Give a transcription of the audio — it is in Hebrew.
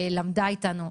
למדה אתנו.